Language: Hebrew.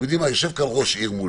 יושב כאן ראש עיר מולי: